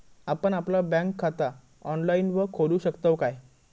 आपण आपला बँक खाता ऑनलाइनव खोलू शकतव काय?